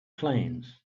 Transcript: planes